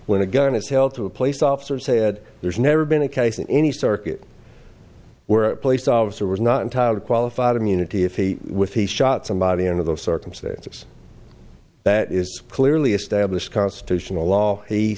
when a gun is held to a place officer said there's never been a case in any circuit where a police officer was not entirely qualified immunity if he was he shot somebody under the circumstances that is clearly established constitutional law he